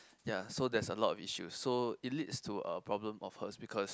ya so there's a lot of issue so it leads to a problem of hers because